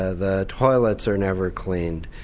ah the toilets are never cleaned,